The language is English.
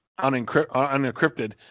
unencrypted